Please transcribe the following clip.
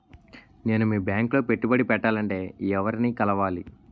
నేను మీ బ్యాంక్ లో పెట్టుబడి పెట్టాలంటే ఎవరిని కలవాలి?